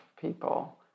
people